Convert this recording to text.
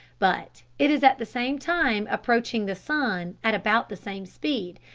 but it is at the same time approaching the sun at about the same speed,